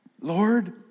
Lord